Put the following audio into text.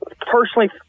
Personally